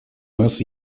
нас